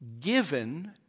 given